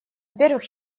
первых